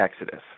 Exodus